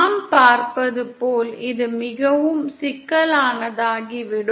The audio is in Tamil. நாம் பார்ப்பது போல் இது மிகவும் சிக்கலானதாகிவிடும்